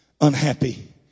unhappy